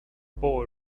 boy